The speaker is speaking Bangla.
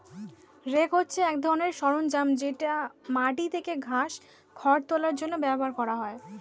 রেক হচ্ছে এক ধরনের সরঞ্জাম যেটা মাটি থেকে ঘাস, খড় তোলার জন্য ব্যবহার করা হয়